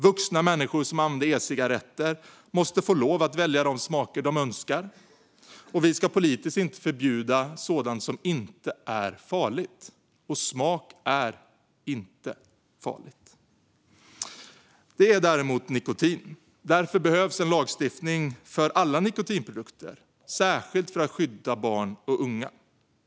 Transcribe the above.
Vuxna människor som använder e-cigaretter måste få lov att välja de smaker de önskar, och vi ska politiskt inte förbjuda sådant som inte är farligt. Och smak är inte farligt. Däremot är nikotin farligt, och därför behövs en lagstiftning för alla nikotinprodukter, särskilt för att skydda barn och unga.